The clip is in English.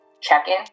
check-in